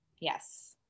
Yes